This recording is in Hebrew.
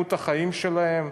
איכות החיים שלהם,